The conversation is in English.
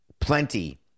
plenty